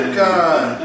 god